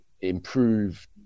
improve